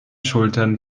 schultern